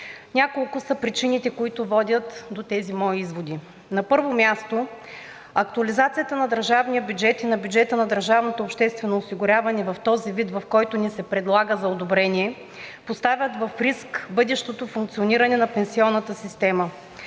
Няколко са причините, които водят до тези мои изводи. На първо място, актуализацията на държавния бюджет и на бюджета на държавното обществено осигуряване в този вид, в който ни се предлага за одобрение, поставят в риск бъдещото функциониране на пенсионната система.